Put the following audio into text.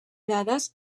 dades